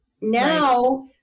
now